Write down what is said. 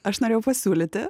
aš norėjau pasiūlyti